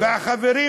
והחברים,